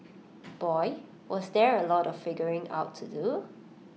boy was there A lot of figuring out to do